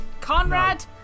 Conrad